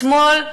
אתמול,